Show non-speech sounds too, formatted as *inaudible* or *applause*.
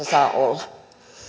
*unintelligible* saa olla arvoisa